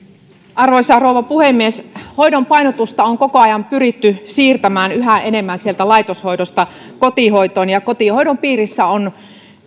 arvoisa rouva puhemies hoidon painotusta on koko ajan pyritty siirtämään yhä enemmän laitoshoidosta kotihoitoon ja kotihoidon piirissä on